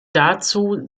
dazu